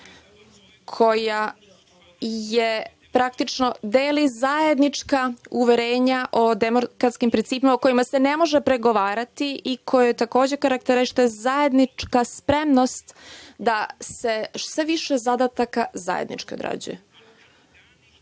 koja praktično deli zajednička uverenja o demokratskim principima o kojima se ne može pregovarati i koje takođe karakteriše zajednička spremnost da se sve više zadataka zajednički odrađuje. Ne